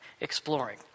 exploring